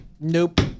Nope